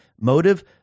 Motive